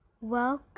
welcome